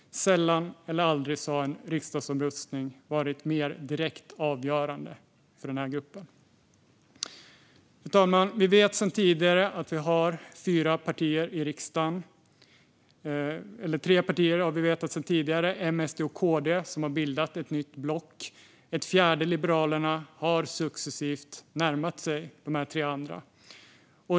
Sällan eller aldrig har en riksdagsomröstning varit mer direkt avgörande för den här gruppen. Fru talman! Vi vet sedan tidigare att tre partier i riksdagen - M, SD och KD - har bildat ett nytt block. Ett fjärde, Liberalerna, har successivt närmat sig dessa tre andra.